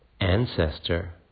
Ancestor